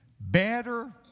better